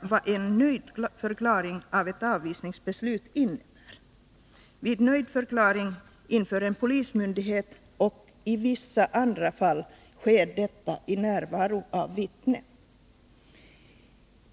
vad en nöjdförklaring av ett avvisningsbeslut innebär. Vid nöjdförklaring inför en polismyndighet och i vissa andra fall sker detta i närvaro av vittne.